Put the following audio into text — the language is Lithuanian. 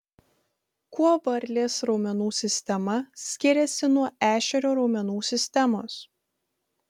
kuo varlės raumenų sistema skiriasi nuo ešerio raumenų sistemos